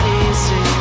easy